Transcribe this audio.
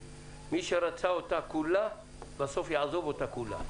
יכול להיות שבחוג מסוים הקו הזה מציל חיים,